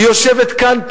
היא יושבת כאן.